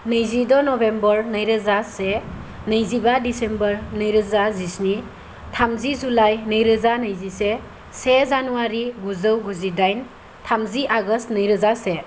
नैजिद' नबेम्बर नैरोजा से नैजिबा दिसेम्बर नैरोजा जिस्नि थामजि जुलाइ नैरोजा नैजिसे से जानवारि गुजौ गुजिदाइन थामजि आगष्ट' नैरोजा से